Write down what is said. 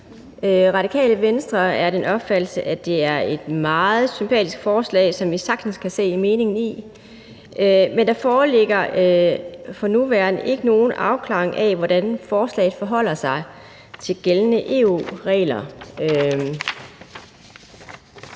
Radikale Venstre er af den opfattelse, at det er et meget sympatisk forslag, som vi sagtens kan se en mening i, men der foreligger for nuværende ikke nogen afklaring af, hvordan forslaget forholder sig til gældende EU-regler,